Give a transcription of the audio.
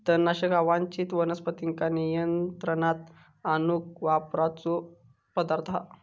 तणनाशक अवांच्छित वनस्पतींका नियंत्रणात आणूक वापरणारो पदार्थ हा